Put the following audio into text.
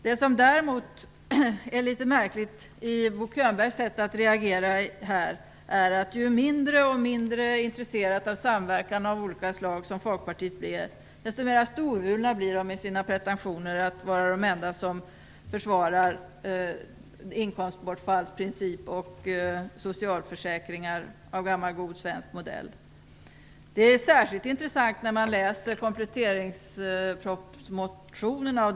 Det som däremot är litet märkligt i Bo Könbergs sätt att reagera är att ju mindre intresserat av samverkan som representanter för Folkpartiet är, desto mer storvulna blir de i sina pretentioner på att vara de enda som försvarar inkomstbortfallsprincip och socialförsäkringar av gammal god svensk modell. Det är särskilt intressant att läsa de motioner som har väckts med anledning av kompletteringspropositionen.